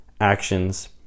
actions